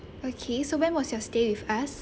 okay so when was your stay with us